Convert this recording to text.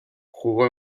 jugó